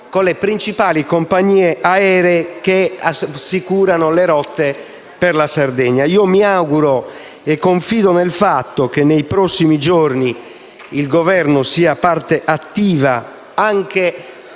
con le principali compagnie aree che assicurano le rotte per la Sardegna. Mi auguro e confido nel fatto che nei prossimi giorni il Governo sia parte attiva, anche